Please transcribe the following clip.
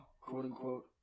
quote-unquote